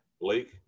Blake